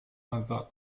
other